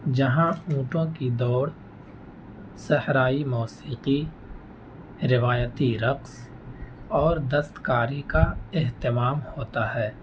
جہاں اونٹوں کی دوڑ صحرائی موسیقی روایتی رقص اور دستکاری کا اہتمام ہوتا ہے